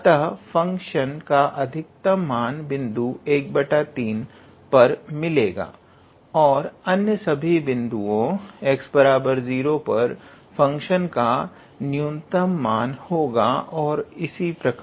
अतः फंक्शन का अधिकतम मान बिंदु 13 पर मिलेगा और अन्य सभी बिन्दुओ x0 पर फंक्शन का न्यूनतम मान होगा ओर इसी प्रकार